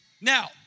Now